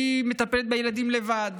היא מטפלת בילדים לבד,